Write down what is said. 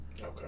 Okay